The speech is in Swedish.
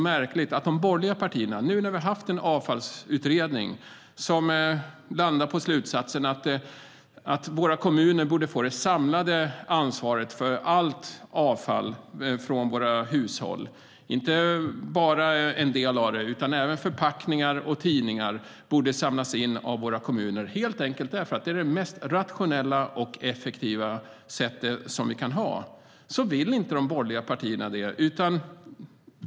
Vi har haft en avfallsutredning som landat i slutsatsen att våra kommuner borde få det samlade ansvaret för allt avfall från våra hushåll. Det gäller då inte bara en del av det, utan även förpackningar och tidningar borde samlas in av våra kommuner, helt enkelt därför att det är det mest rationella och effektiva sättet. Jag tycker att det är märkligt att de borgerliga partierna inte vill detta.